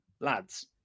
lads